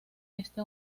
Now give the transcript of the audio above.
este